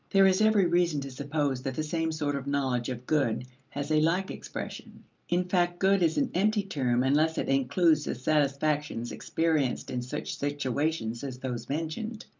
there is every reason to suppose that the same sort of knowledge of good has a like expression in fact good is an empty term unless it includes the satisfactions experienced in such situations as those mentioned.